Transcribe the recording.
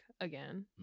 again